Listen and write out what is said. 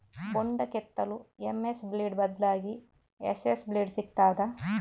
ಬೊಂಡ ಕೆತ್ತಲು MS blade ಬದ್ಲಾಗಿ ಎಸ್.ಎಸ್ ಬ್ಲೇಡ್ ಸಿಕ್ತಾದ?